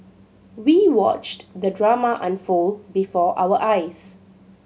we watched the drama unfold before our eyes